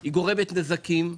היא גורמת נזקים.